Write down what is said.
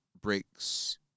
breaks